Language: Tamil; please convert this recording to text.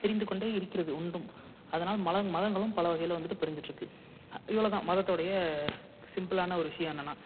பிரிந்து கொண்டே இருக்கிறது ஒன்றும் அதனால் மல மதங்களும் பல வகையில் வந்துட்டு பிரிஞ்சிகிட்ருக்கு இவ்வளோதான் மதத்தோடைய சிம்பிளான ஒரு விஷயம் என்னன்னா